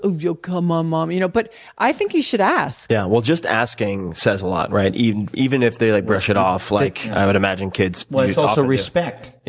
ah you know come on, um mom. you know but i think you should ask. yeah. well, just asking says a lot, right? even even if they like brush it off, like i would imagine kids well, it's also respect.